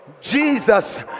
Jesus